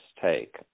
take